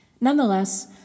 Nonetheless